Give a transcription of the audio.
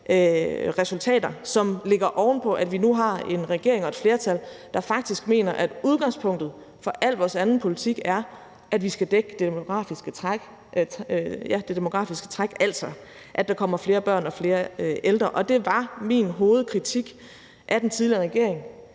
resultater, som ligger oven på, at vi nu har en regering og et flertal, der faktisk mener, at udgangspunktet for al vores anden politik er, at vi skal dække det demografiske træk, altså at der kommer flere børn og flere ældre, og det var min hovedkritik af den tidligere regering,